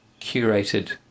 curated